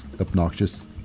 obnoxious